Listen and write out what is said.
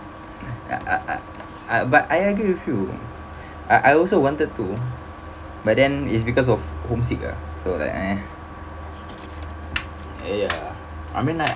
ah ah ah ah but I agree with you I I also wanted to but then it's because of homesick ah so like eh I mean like